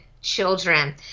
children